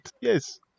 yes